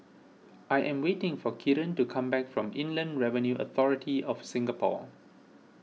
I am waiting for Kieran to come back from Inland Revenue Authority of Singapore